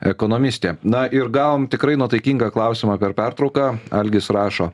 ekonomistė na ir gavom tikrai nuotaikingą klausimą per pertrauką algis rašo